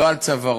לא על צווארו,